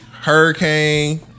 Hurricane